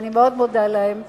ואני מאוד מודה להם,